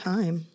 time